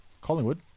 Collingwood